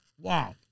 Wow